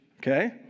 okay